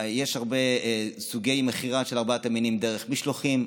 יש הרבה סוגי מכירה של ארבעת המינים דרך משלוחים,